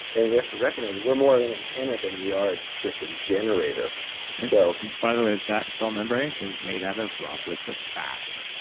and we have to recognize, we're more of an antenna than we are ah just a generator so by the way, that cell membrane is made out of droplets of fat,